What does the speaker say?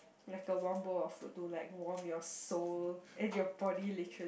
like a warm bowl of food to like warm your soul and your body literal~